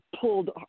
pulled